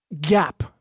gap